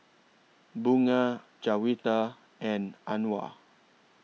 Bunga Juwita and Anuar